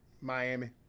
Miami